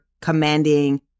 commanding